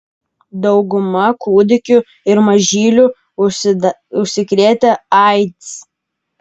dauguma kūdikių ir mažylių užsikrėtę aids